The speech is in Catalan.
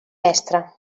mestre